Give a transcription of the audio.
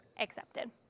accepted